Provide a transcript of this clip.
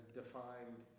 defined